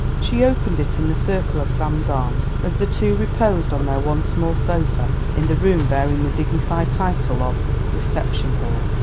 she opened it in the circle of sam's arms, as the two reposed on their one small sofa in the room bearing the dignified title of reception hall.